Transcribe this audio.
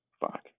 fuck